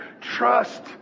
Trust